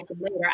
later